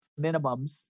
minimums